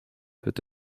peut